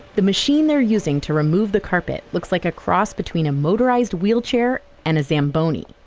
the machine they're using to remove the carpet looks like a cross between a motorized wheelchair and a zamboni.